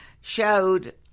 showed